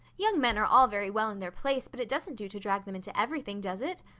young men are all very well in their place, but it doesn't do to drag them into everything, does it?